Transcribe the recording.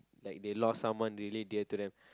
like they lost someone really dear to them